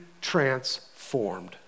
transformed